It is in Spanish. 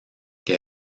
que